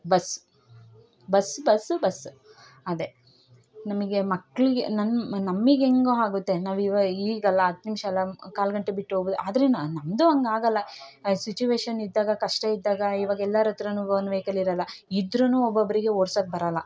bus bus bus bus ಅದೇ ನಮಗೆ ಮಕ್ಕಳಿಗೆ ನನ್ನ ನಮಗ್ ಹೆಂಗೋ ಆಗತ್ತೆ ನಾವು ಇವಾಗ ಈಗಲ್ಲ ಹತ್ತು ನಿಮಿಷ ಅಲ್ಲ ಕಾಲು ಗಂಟೆ ಬಿಟ್ಟು ಹೋಗ್ಬೌದು ಆದರೆ ನಮ್ಮದೂ ಹಂಗಾಗಲ್ಲ ಸಿಚುವೇಷನ್ ಇದ್ದಾಗ ಕಷ್ಟ ಇದ್ದಾಗ ಇವಾಗ ಎಲ್ಲರ ಹತ್ರಾನು ಓನ್ ವೈಕಲ್ ಇರೋಲ್ಲ ಇದ್ದರೂನು ಒಬ್ಬೊಬ್ಬರಿಗೆ ಓಡ್ಸಕ್ಕೆ ಬರೋಲ್ಲ